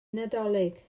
nadolig